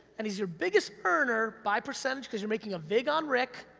and he's your biggest earner, by percentage, cause you're making a vig on rick,